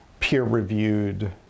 peer-reviewed